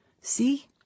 See